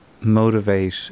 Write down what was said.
motivate